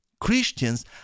Christians